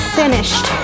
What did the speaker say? finished